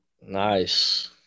Nice